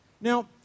Now